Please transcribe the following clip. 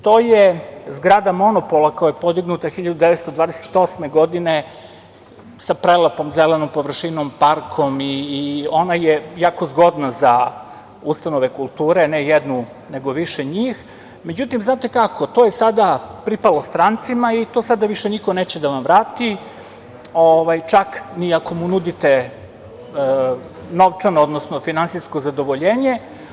To je zgrada monopola koja je podignuta 1928. godine sa prelepom zelenom površinom, parkom i ona je jako zgodna za ustanove kulture, ne jednu nego više njih, međutim to je sada pripalo strancima i to sada više niko neće da vam vrati, čak iako mu nudite novčanu, odnosno finansijsko zadovoljenje.